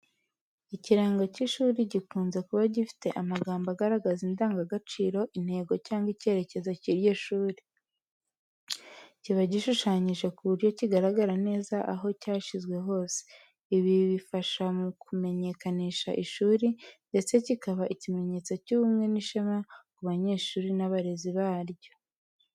Ikirango cy'ishuri gikunze kuba gifite amagambo agaragaza indangagaciro, intego cyangwa icyerekezo cy'iryo shuri. Kiba gishushanyije ku buryo kigaragara neza aho cyashyizwe hose. Ibi bifasha mu kumenyekanisha ishuri, ndetse kikaba ikimenyetso cy'ubumwe n'ishema ku banyeshuri n'abarezi baryo.